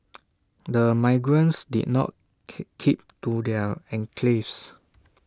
the migrants did not keep keep to their enclaves